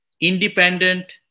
independent